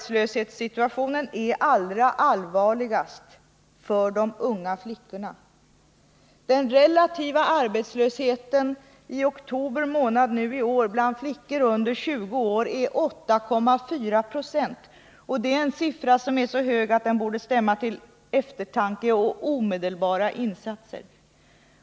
Situationen är allra allvarligast för de unga flickorna. Den relativa arbetslösheten i oktober i år bland flickor under 20 år var 8,4 26. Det är en siffra så hög att den borde stämma till eftertanke och omedelbara insatser.